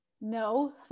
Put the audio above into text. No